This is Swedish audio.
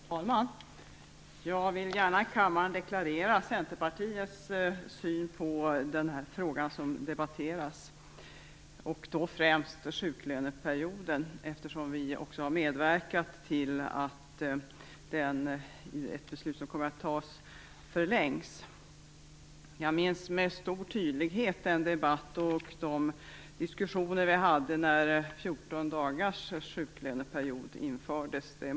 Herr talman! Jag vill gärna i kammaren deklarera Centerpartiets syn på de frågor som debatteras, och då främst frågan om sjuklöneperioden. Vi har medverkat till att denna period, genom det beslut som kommer att fattas, förlängs. Jag minns med stor tydlighet den debatt och de diskussioner vi hade när 14 dagarssjuklöneperiod infördes.